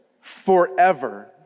forever